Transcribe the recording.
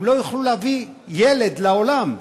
הם לא יוכלו להביא ילד לעולם.